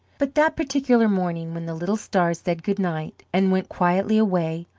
but that particular morning when the little stars said good-night and went quietly away,